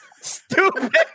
Stupid